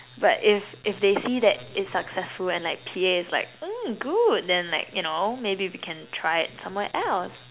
but if if they see that it's successful and like P_A is like mm good then like you know maybe we can try it somewhere else